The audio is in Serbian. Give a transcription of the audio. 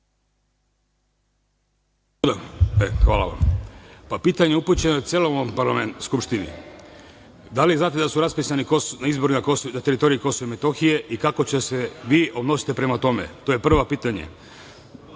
pitanje je upućeno celom ovom parlamentu, Skupštini – da li znate da su raspisani izbori na teritoriji Kosova i Metohije i kako će se vi odnositi prema tome? To je prvo pitanje. Drugo